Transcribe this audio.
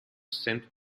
saint